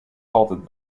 halted